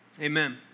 Amen